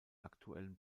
aktuellen